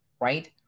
right